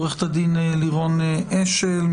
עורכת הדין לירון אשל,